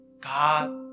God